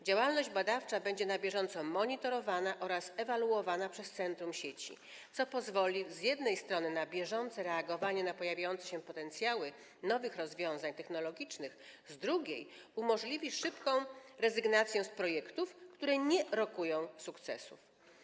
Działalność badawcza będzie na bieżąco monitorowana oraz ewaluowana przez centrum sieci, co pozwoli z jednej strony na bieżące reagowanie na pojawiające się potencjały nowych rozwiązań technologicznych, z drugiej strony umożliwi szybką rezygnację z projektów, które nie rokują sukcesu.